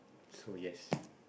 so yes